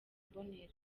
mbonera